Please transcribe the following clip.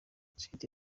site